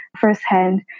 firsthand